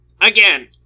again